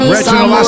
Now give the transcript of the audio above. Reginald